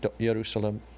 Jerusalem